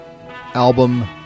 album